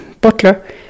butler